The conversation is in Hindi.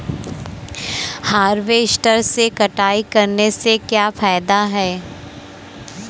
हार्वेस्टर से कटाई करने से क्या फायदा है?